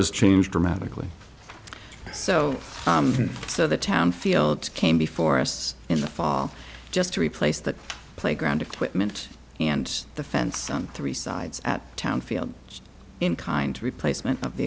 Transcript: numbers change dramatically so so the town field came before us in the fall just to replace the playground equipment and the fence on three sides at town field in kind replacement of the